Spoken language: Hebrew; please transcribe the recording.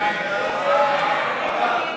ההסתייגויות לסעיף 09, משרד החוץ,